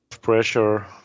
pressure